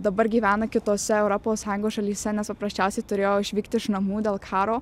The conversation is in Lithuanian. dabar gyvena kitose europos sąjungos šalyse nes paprasčiausiai turėjo išvykti iš namų dėl karo